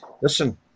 Listen